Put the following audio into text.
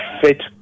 fit